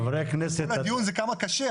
אם כל הדיון זה כמה קשה,